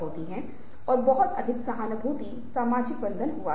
तीसरा वह स्थान है जहाँ सुनने वाला भाग सक्रिय रूप से लगा हुआ है